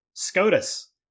SCOTUS